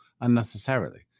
unnecessarily